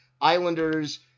Islanders